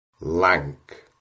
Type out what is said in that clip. lank